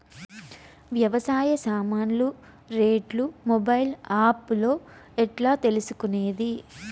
వ్యవసాయ సామాన్లు రేట్లు మొబైల్ ఆప్ లో ఎట్లా తెలుసుకునేది?